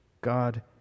God